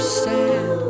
sad